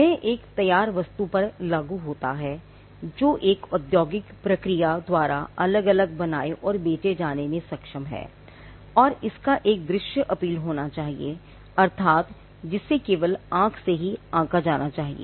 यह एक तैयार वस्तु पर लागू होता है जो एक औद्योगिक प्रक्रिया द्वारा अलग अलग बनाए और बेचे जाने में सक्षम है और इसका एक दृश्य अपील होना चाहिए अर्थात जिसे केवल आंख से ही आंका जाना चाहिए